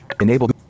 Enable